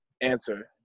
answer